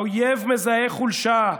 האויב מזהה חולשה,